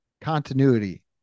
continuity